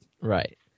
right